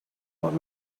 what